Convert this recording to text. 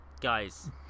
guys